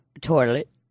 toilet